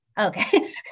Okay